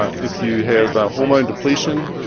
if you have a hormone depletion,